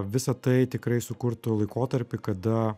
visa tai tikrai sukurtų laikotarpį kada